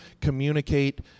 communicate